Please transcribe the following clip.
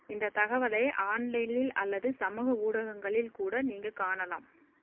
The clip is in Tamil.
இந்த தகவலே ஆன்லைனில் அல்லது சமூக ஊடகங்களில் கூட நீங்கள் காணலாம்